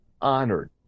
honored